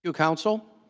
ah counsel.